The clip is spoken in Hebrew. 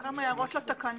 גם הערות לתקנות.